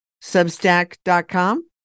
Substack.com